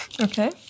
Okay